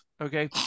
Okay